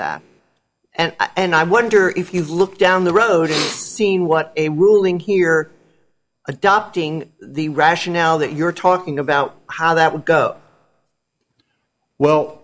that and and i wonder if you've looked down the road seen what a ruling here adopting the rationale that you're talking about how that would go well